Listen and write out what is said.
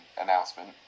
announcement